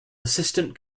assistant